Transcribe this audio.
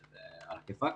שזה עלא כיפק,